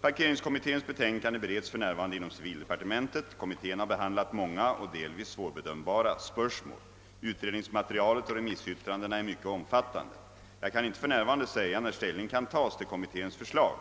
Parkeringskommitténs betänkande bereds för närvarande inom civildepartementet. Kommittén har behandlat många och delvis svårbedömbara spörsmål. Utredningsmaterialet och remissyttrandena är mycket omfattande. Jag kan inte för närvarande säga när ställning kan tas till kommitténs förslag.